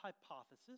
hypothesis